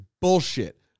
bullshit